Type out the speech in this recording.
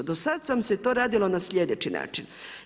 Do sada vam se to radilo na sljedeći način.